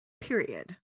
period